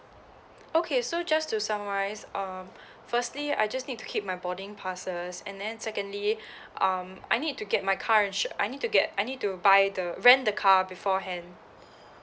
okay so just to summarise um firstly I just need to keep my boarding passes and then secondly um I need to get my car insur~ I need to get I need to buy the rent the car beforehand